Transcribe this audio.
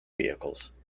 vehicles